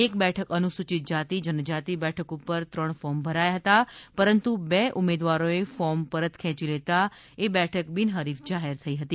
એક બેઠક અનુસૂચિત જાતિ જનજાતિ બેઠક ઉપર ત્રણ ફોર્મ ભરાયા હતા પરંતુ બે ઉમેદવારોએ ફોર્મ પરત ખેંચી લેતાં એ બેઠક બીનહરીફ જાહેર થઇ હતી